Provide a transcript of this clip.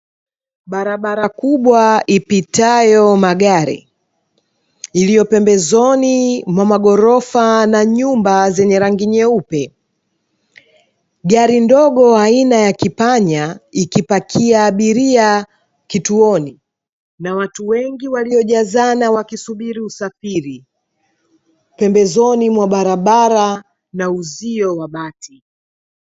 Barabara kubwa ipitayo magari iliyopembezoni mwa magorofa na nyumba zenye rangi nyeupe .gari ndogo aina ya kipanya ikipakia abiria kituoni na watu wengi waliojazana wakisubiri usafiri pembezoni mwa barabara na uzio wa bati.